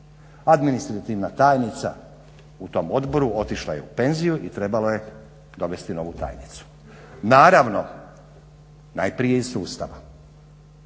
Administrativna tajnica u tom odboru otišla je u penziju i trebalo je dovesti novu tajnicu. Naravno najprije iz sustava,